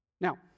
Now